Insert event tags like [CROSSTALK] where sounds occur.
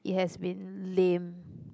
it has been lame [BREATH]